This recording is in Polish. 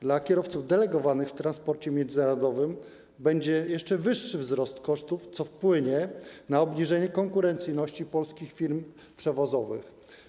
Dla kierowców delegowanych w transporcie międzynarodowym będzie jeszcze wyższy wzrost kosztów, co wpłynie na obniżenie konkurencyjności polskich firm przewozowych.